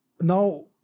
Now